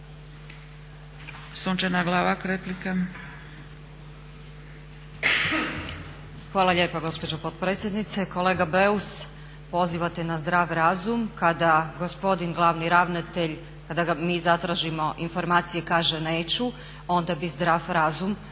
Sunčana Glavak replika.